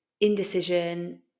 indecision